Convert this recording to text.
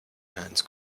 hands